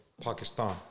Pakistan